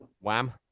Wham